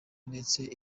ndetse